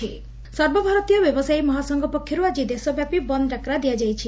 ବନ୍ଦ ବ୍ୟବସାୟୀ ସର୍ବଭାରତୀୟ ବ୍ୟବସାୟୀ ମହାସଂଘ ପକ୍ଷରୁ ଆଜି ଦେଶବ୍ୟାପୀ ବନ୍ଦ ଡାକରା ଦିଆଯାଇଛି